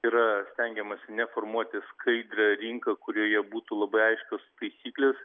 yra stengiamasi ne formuoti skaidrią rinką kurioje būtų labai aiškios taisyklės